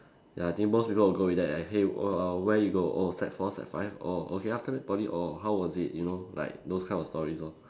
ya I think most people will go with that and hey wh~ uh where you go oh sec four sec five oh okay after that Poly or how was it you know like those kind of stories lor